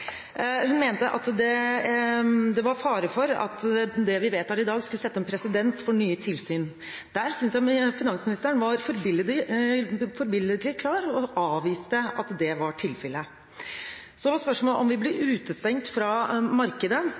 Hun mente at det var fare for at det vi vedtar i dag, skulle skape presedens for nye tilsyn. Der synes jeg finansministeren var forbilledlig klar og avviste at det var tilfellet. Så var det spørsmål om vi ble utestengt fra markedet. Svaret på det er jo at uavhengig av om vi blir utestengt